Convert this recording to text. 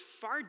far